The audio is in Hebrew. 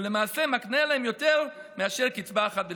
ולמעשה מקנה להן יותר מאשר קצבה אחת בלבד.